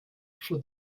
for